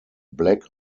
black